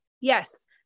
Yes